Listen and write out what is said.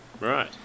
right